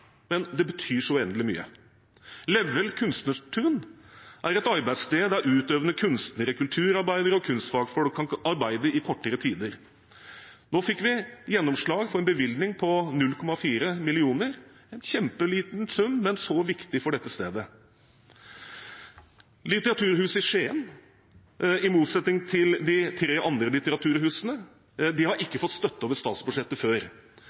men det betyr så uendelig mye. Leveld Kunstnartun er et arbeidssted der utøvende kunstnere, kulturarbeidere og kunstfagfolk kan arbeide i kortere tid. Nå fikk vi gjennomslag for en bevilgning på 0,4 mill. kr. – en veldig liten sum, men så viktig for dette stedet. Litteraturhuset i Skien – i motsetning til de tre andre litteraturhusene – har ikke fått støtte over statsbudsjettet før.